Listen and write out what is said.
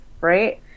right